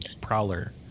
prowler